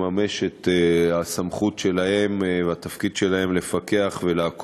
לממש את הסמכות שלהם והתפקיד שלהם לפקח על עבודת הממשלה,